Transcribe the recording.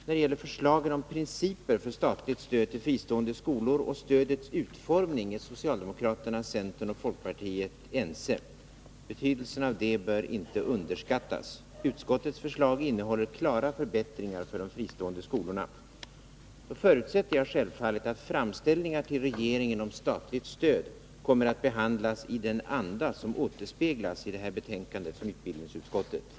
När det gäller förslaget om principen för fristående skolor och stödets utformning är socialdemokraterna, centern och folkpartiet ense. Betydelsen av det bör inte underskattas. Utskottets förslag innehåller klara förbättringar för de fristående skolorna. Då förutsätter jag självfallet att framställningar till regeringen om statligt stöd kommer att behandlas i den anda som återspeglas i det här betänkandet från utbildningsutskottet.